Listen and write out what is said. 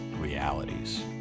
realities